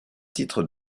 titre